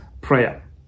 prayer